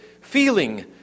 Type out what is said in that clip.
feeling